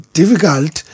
difficult